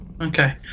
Okay